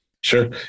Sure